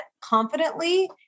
confidently